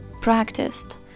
practiced